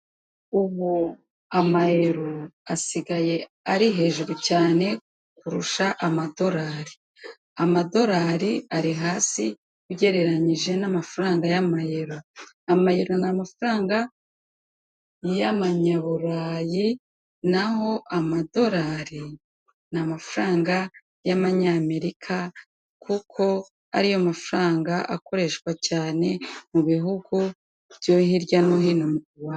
Ubu amayero asigaye ari hejuru cyane kurusha amadolari. Amadolari ari hasi ugereranyije n'amafaranga y'amayero. Amayero ni amafaranga y'abanyaburayi, naho amadolari ni amafaranga y'abanyamerika kuko ariyo mafaranga akoreshwa cyane mu bihugu byo hirya no hino mu...